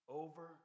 over